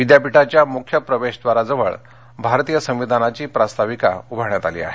विद्यापीठाच्या मुख्य प्रवेशद्वाराजवळ भारतीय संविधानाचीप्रास्ताविका उभारण्यात आली आहे